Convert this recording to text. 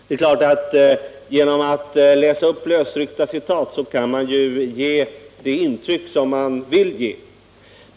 Det är klart att man genom att läsa upp lösryckta citat kan ge det intryck man vill ge.